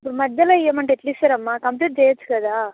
ఇప్పుడు మధ్యలో ఇవ్వమంటే ఎట్ల ఇస్తారు అమ్మ కంప్లీట్ చేయవచ్చు కదా